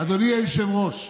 אדוני היושב-ראש.